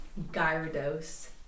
Gyarados